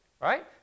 right